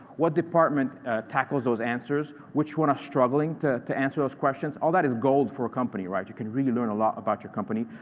what department tackles those answers? which one are struggling to to answer those questions? all that is gold for a company, right? you can really learn a lot about your company,